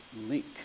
link